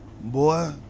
boy